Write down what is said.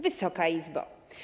Wysoka Izbo!